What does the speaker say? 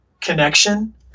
connection